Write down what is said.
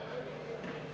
Благодаря,